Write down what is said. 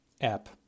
app